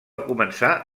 començar